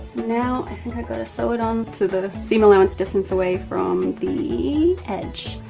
now, i think i gotta sew it onto the seam allowance distance away from the edge,